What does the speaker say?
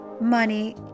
money